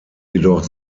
jedoch